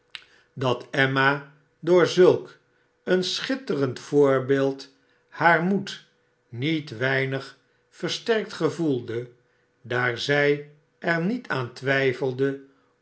dat emma door zulk een schitterend voorbeeld haar moed niet weinig versterkt gevoelde daar zij er niet aan twijfelde